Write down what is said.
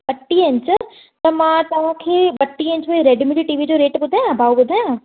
ॿटींह inch त मां तव्हांखे ॿटींह इंच में रेडमी जो टीवीअ जो रेट ॿुधायां भाउ ॿुधायां